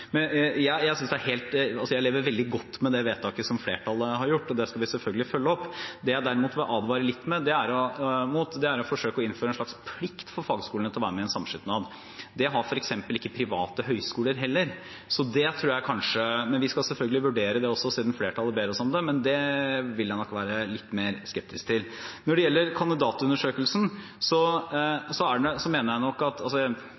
Jeg lever veldig godt med det vedtaket som flertallet har gjort, og det skal vi selvfølgelig følge opp. Det jeg derimot vil advare litt mot, er å forsøke å innføre en slags plikt for fagskolene til å være med i en samskipnad. Det har f.eks. ikke private høyskoler heller. Vi skal selvfølgelig vurdere det også, siden flertallet ber oss om det, men det vil jeg nok være litt mer skeptisk til. Når det gjelder kandidatundersøkelsen – jeg kan godt være pragmatisk med tanke på hvor ofte den gjennomføres også – er det ikke grunn til å tro at